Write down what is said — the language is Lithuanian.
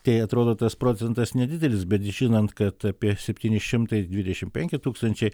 tai atrodo tas procentas nedidelis bet žinant kad apie septyni šimtai dvidešim penki tūkstančiai